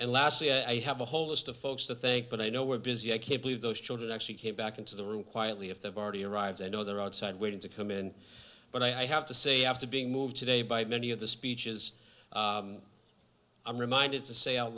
and lastly i have a whole list of folks to thank but i know we're busy i can't believe those children actually came back into the room quietly if they've already arrived i know they're outside waiting to come in but i have to say after being moved today by many of the speeches i'm reminded